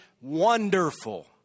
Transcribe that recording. wonderful